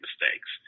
mistakes